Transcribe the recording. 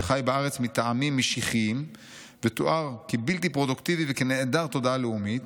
שחי בארץ מטעמים משיחיים ותואר כבלתי פרודוקטיבי וכנעדר תודעה לאומית,